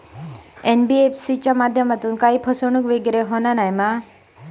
NBFC च्या माध्यमातून काही फसवणूक वगैरे होना नाय मा?